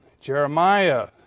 Jeremiah